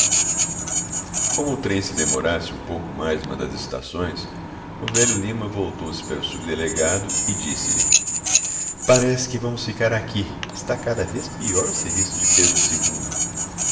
o trem se demorasse um pouco mais numa das estações o velho lima voltou-se para o subdelegado e disse-lhe parece que vamos ficar aqui está cada vez pior o serviço de pedro